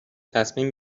تصمیم